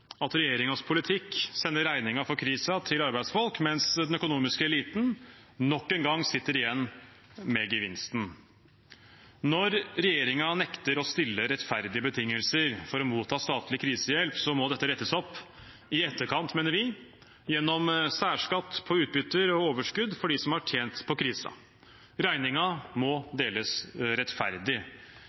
at regjeringens politikk sender regningen for krisen til arbeidsfolk, mens den økonomiske eliten nok en gang sitter igjen med gevinsten. Når regjeringen nekter å stille rettferdige betingelser for å motta statlig krisehjelp, må dette rettes opp i etterkant, mener vi, gjennom særskatt på utbytter og overskudd for dem som har tjent på krisen. Regningen må deles rettferdig.